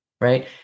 right